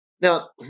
Now